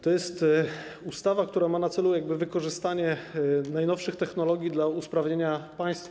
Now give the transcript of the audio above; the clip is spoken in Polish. To jest ustawa, która ma na celu wykorzystanie najnowszych technologii dla usprawnienia państwa.